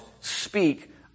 speak